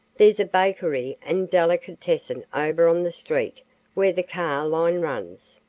there's a bakery and delicatessen over on the street where the car line runs.